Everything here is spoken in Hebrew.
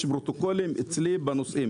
יש פרוטוקולים אצלי בנושא.